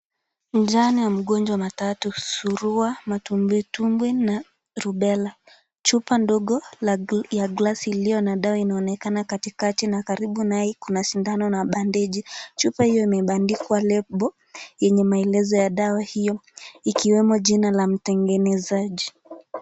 Njane ya mgonjwa matatu surua, matumbwitumbwi na rubella. Chupa ndogo na, ya glass iliyo na dawa inaonekana katikati na karibu naye kuna sindano na bandeji. Chupa hiyo imebandikwa label yenye maelezo ya dawa hiyo. Ikiwemo jina la mtengenezaji.